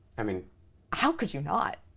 i mean how could you not?